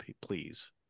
please